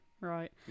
Right